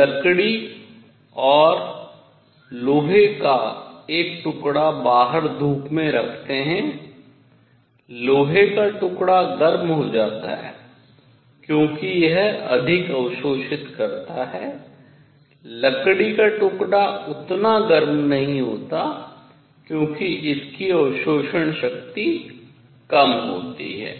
लकड़ी और लोहे का एक टुकड़ा बाहर धूप में रखते हैं लोहे का टुकड़ा गर्म हो जाता है क्योंकि यह अधिक अवशोषित करता है लकड़ी का टुकड़ा उतना गर्म नहीं होता है क्योंकि इसकी अवशोषण शक्ति कम होती है